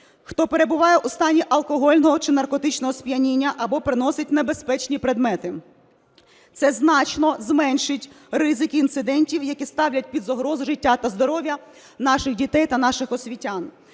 хто перебуває у стані алкогольного чи наркотичного сп'яніння або приносить небезпечні предмети. Це значно зменшить ризики інцидентів, які ставлять під загрозу життя та здоров'я наших дітей та наших освітян.